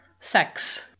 sex